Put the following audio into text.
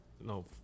no